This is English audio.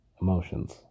emotions